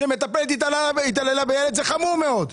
כשמטפלת התעללה בילד זה חמור מאוד,